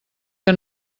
que